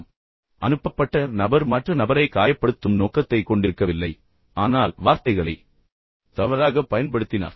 எனவே அனுப்பப்பட்ட நபர் உண்மையில் மற்ற நபரை காயப்படுத்தும் நோக்கத்தைக் கொண்டிருக்கவில்லை ஆனால் வார்த்தைகளை தவறாகப் பயன்படுத்தினார்